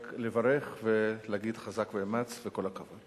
רק לברך ולהגיד חזק ואמץ וכל הכבוד.